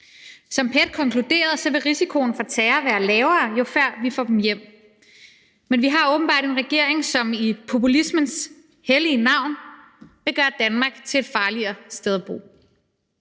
Som PET konkluderede, vil risikoen for terror være lavere, jo før vi får dem hjem. Men vi har åbenbart en regering, som i populismens hellige navn vil gøre Danmark til et farligere sted at bo.